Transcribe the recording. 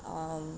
um